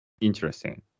Interesting